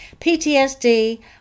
PTSD